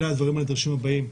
אלה הדברים הנדרשים הבאים,